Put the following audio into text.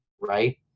right